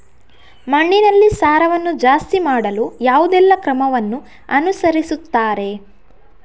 ಮಣ್ಣಿನಲ್ಲಿ ಸಾರವನ್ನು ಜಾಸ್ತಿ ಮಾಡಲು ಯಾವುದೆಲ್ಲ ಕ್ರಮವನ್ನು ಅನುಸರಿಸುತ್ತಾರೆ